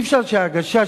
אי-אפשר שהגשש,